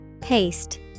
Paste